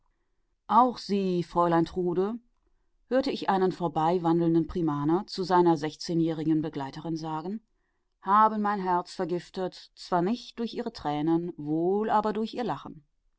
auch sie fräulein trude hörte ich einen vorbeiwandelnden primaner zu seiner sechzehnjährigen begleiterin sagen haben mein herz vergiftet zwar nicht durch ihre tränen wohl aber durch ihr lachen